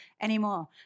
anymore